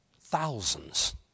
thousands